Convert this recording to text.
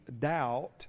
doubt